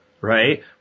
Right